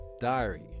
diary